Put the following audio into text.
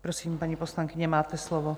Prosím, paní poslankyně, máte slovo.